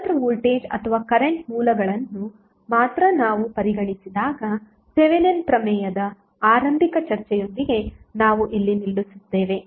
ಸ್ವತಂತ್ರ ವೋಲ್ಟೇಜ್ ಅಥವಾ ಕರೆಂಟ್ ಮೂಲಗಳನ್ನು ಮಾತ್ರ ನಾವು ಪರಿಗಣಿಸಿದಾಗ ಥೆವೆನಿನ್ ಪ್ರಮೇಯದ ಆರಂಭಿಕ ಚರ್ಚೆಯೊಂದಿಗೆ ನಾವು ಇಲ್ಲಿ ನಿಲ್ಲುತ್ತೇವೆ